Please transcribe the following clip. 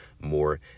more